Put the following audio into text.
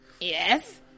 Yes